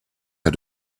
had